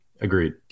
Agreed